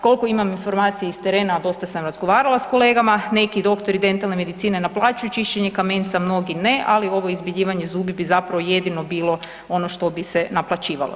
Koliko imam informacija s terena, a dosta sam razgovarala s kolegama, neki doktori dentalne medicine naplaćuju čišćenje kamenca, mnogi ne, ali ovo izbjeljivanje zubi bi zapravo jedino bilo ono što bi se naplaćivalo.